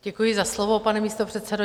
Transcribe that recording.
Děkuji za slovo, pane místopředsedo.